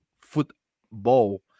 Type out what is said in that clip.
football